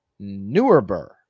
Neuerber